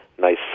Nice